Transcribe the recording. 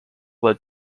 led